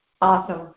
Awesome